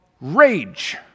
rage